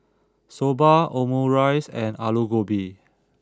Soba Omurice and Alu Gobi